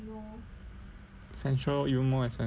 central even more expensive lor